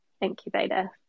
incubator